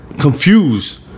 confused